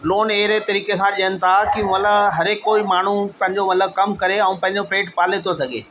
loan अहिड़े तरीक़े सां ॾियनि था कि मतलबु हरेक कोई माण्हू पंहिंजो मतलबु कमु करे ऐं पंहिंजो पेटु पाले थो सघे